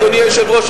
אדוני היושב-ראש,